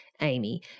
Amy